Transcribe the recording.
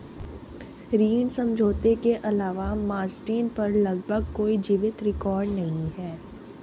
ऋण समझौते के अलावा मास्टेन पर लगभग कोई जीवित रिकॉर्ड नहीं है